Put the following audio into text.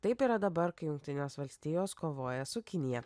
taip yra dabar kai jungtinės valstijos kovoja su kinija